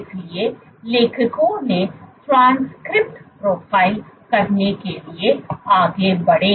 इसलिए लेखकों ने ट्रांसक्रिप्ट प्रोफ़ाइल करने के लिए आगे बढ़े